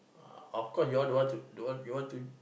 ah of course you're don't want to don't want don't want to